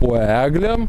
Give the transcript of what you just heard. o eglėm